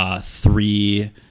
Three